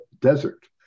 desert